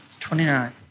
29